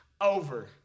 over